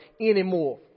anymore